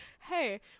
hey